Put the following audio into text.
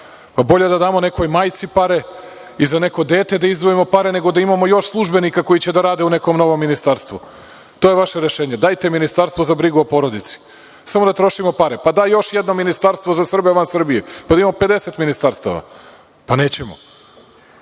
Bolje da damo nekoj majci pare i za neko dete da izdvojimo pare, nego da imamo još službenika koji će da rade u nekom novom ministarstvu. To je vaše rešenje – dajte ministarstvo za brigu o porodici, samo da trošimo pare, pa daj još jedno ministarstvo za Srbe van Srbije, pa da imamo 50 ministarstava. Nećemo.